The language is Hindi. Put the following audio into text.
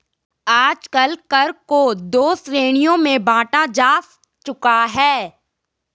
आजकल कर को दो श्रेणियों में बांटा जा चुका है